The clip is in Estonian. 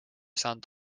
saanud